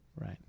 right